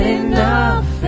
enough